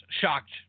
shocked